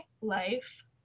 life